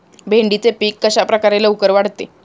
भेंडीचे पीक कशाप्रकारे लवकर वाढते?